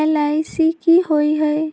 LIC की होअ हई?